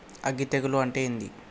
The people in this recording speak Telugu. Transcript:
అగ్గి తెగులు అంటే ఏంది?